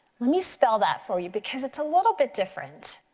let me spell that for you because it's a little bit different.